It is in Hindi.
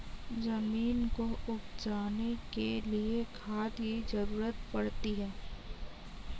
ज़मीन को उपजाने के लिए खाद की ज़रूरत पड़ती है